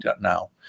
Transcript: now